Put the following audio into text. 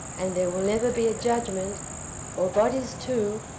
and there will never be a judgment or bodies, too,